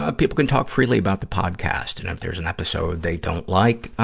ah people can talk freely about the podcast. and if there's an episode they don't like, ah,